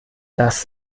das